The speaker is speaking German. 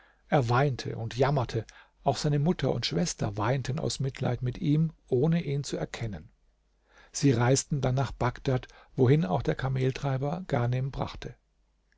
er weinte und jammerte auch seine mutter und schwester weinten aus mitleid mit ihm ohne ihn zu erkennen sie reisten dann nach bagdad wohin auch der kameltreiber ghanem brachte